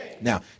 Now